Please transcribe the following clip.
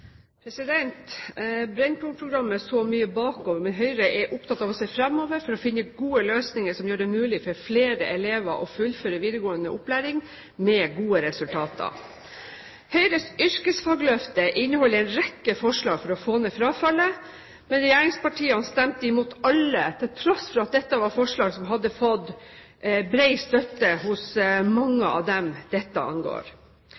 så mye bakover, men Høyre er opptatt av å se fremover for å finne gode løsninger som gjør det mulig for flere elever å fullføre videregående opplæring med gode resultater. Høyres Yrkesfagløftet inneholder en rekke forslag for å få ned frafallet, men regjeringspartiene stemte imot alle, til tross for at dette var forslag som hadde fått bred støtte hos mange av dem dette angår.